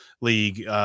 League